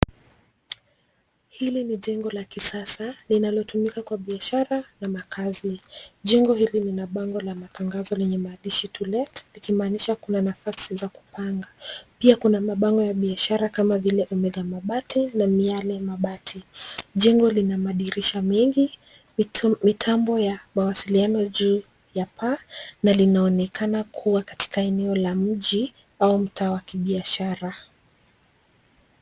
Hili ni jengo la kisasa linalotumika kwa biashara na makazi. Jengo hili lina bango la matangazo lenye maandishi To let ikimaanisha kuna nafasi za kupanga, pia kuna mabango ya biashara kama vile Omega mabati na Miale mabati. Jengo linamadirisha mengi mitambo ya mawasiliano juu ya paa, na linaonekana kuwa katika eneo la mji au mtaa wa kibisahara.